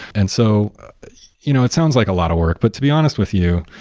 and so you know it sounds like a lot of work, but to be honest with you,